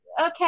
okay